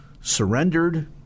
surrendered